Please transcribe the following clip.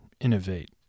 innovate